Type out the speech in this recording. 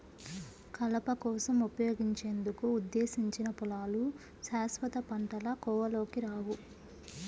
కలప కోసం ఉపయోగించేందుకు ఉద్దేశించిన పొలాలు శాశ్వత పంటల కోవలోకి రావు